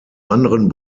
anderen